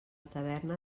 taverna